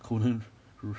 conan r~